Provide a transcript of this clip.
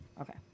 Okay